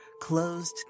Closed